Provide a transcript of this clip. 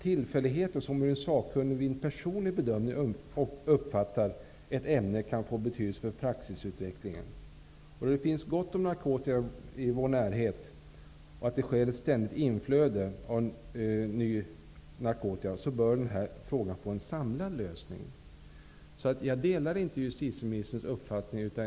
Tillfälligheter, som hur en sakkunnig vid en personlig bedömning uppfattar ett ämne, kan få betydelse för praxisutvecklingen. Med tanke på att det finns gott om narkotika i vår närhet och att det sker ett ständigt inflöde av ny narkotika, bör den här frågan få en samlad lösning. Jag delar inte justitieministerns uppfattning.